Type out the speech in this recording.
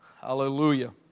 Hallelujah